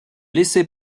laisser